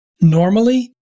normally